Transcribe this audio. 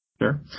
Sure